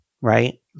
right